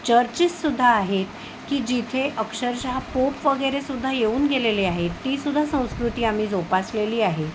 churches सुद्धा आहेत की जिथे अक्षरशः पोप वगैरे सुद्धा येऊन गेलेले आहे ती सुद्धा संस्कृती आम्ही जोपासलेली आहे